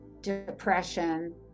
depression